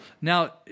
now